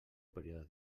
període